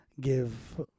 give